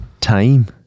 time